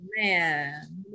man